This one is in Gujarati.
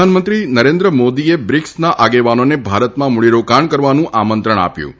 પ્રધાનમંત્રી નરેન્દ્ર મોદીએ બ્રિકસના આગેવાનોને ભારતમાં મુડીરોકાણ કરવાનું આમંત્રણ આપ્યુ હતું